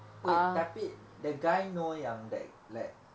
wait tapi the guy know yang like like